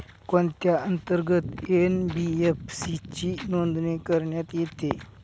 कोणत्या अंतर्गत एन.बी.एफ.सी ची नोंदणी करण्यात येते?